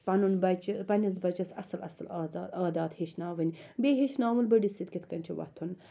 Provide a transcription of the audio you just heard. پَنُن بَچہِ پَننِس بَچَس اصٕل اصٕل عازا عادات ہیٚچھناوٕنۍ بیٚیہِ ہیٚچھناوُن بٔڑِس سۭتۍ کِتھ کنۍ چھُ ووٚتھُن